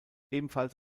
ebenfalls